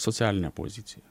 socialinė pozicija